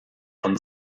von